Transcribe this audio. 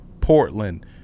Portland